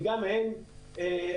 כי גם הן --- לא.